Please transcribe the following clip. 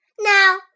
Now